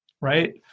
right